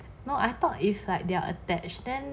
no I thought if like they are attached then